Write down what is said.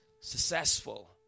Successful